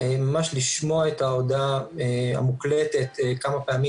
ממש לשמוע את ההודעה המוקלטת כמה פעמים